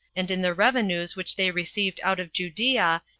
and in the revenues which they received out of judea,